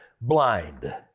blind